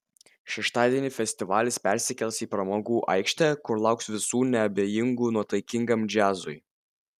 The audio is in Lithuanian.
šeštadienį festivalis persikels į pramogų aikštę kur lauks visų neabejingų nuotaikingam džiazui